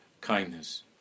kindness